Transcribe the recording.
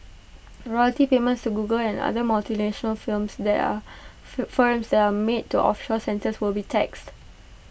royalty payments to Google and other multinational firms that are for them they are made to offshore centres will be taxed